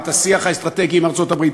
את השיח האסטרטגי עם ארצות-הברית,